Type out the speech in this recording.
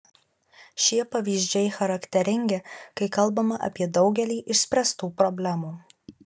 šie pavyzdžiai charakteringi kai kalbama apie daugelį išspręstų problemų